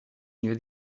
near